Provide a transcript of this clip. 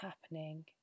happening